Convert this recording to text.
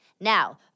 Now